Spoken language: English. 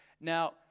Now